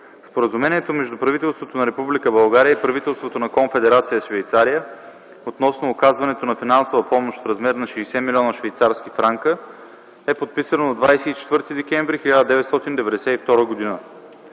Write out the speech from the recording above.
Споразумението между правителството на Република България и правителството на Конфедерация Швейцария относно оказването на финансова помощ в размер на 60 млн. швейцарски франка е подписано на 24 декември 1992